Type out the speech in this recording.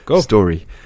story